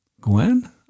Gwen